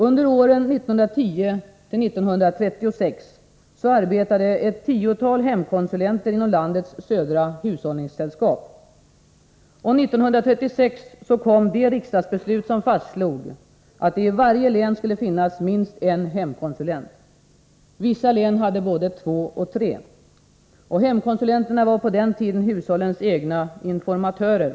Under åren 1910-1936 arbetade ett tiotal hemkonsulenter inom landets södra hushållningssällskap. År 1936 kom det riksdagsbeslut som fastslog att det i varje län skulle finnas minst en hemkonsulent. Vissa län hade både två och tre. Hemkonsulenterna var på den tiden hushållens egna informatörer.